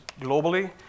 globally